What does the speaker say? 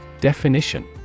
Definition